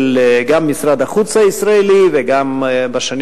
גם של משרד החוץ הישראלי וגם בשנים